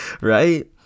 right